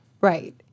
Right